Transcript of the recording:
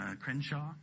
Crenshaw